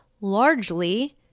largely